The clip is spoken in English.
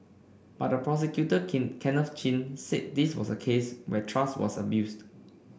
but the prosecutor Kenneth Chin said this was a case where trust was abused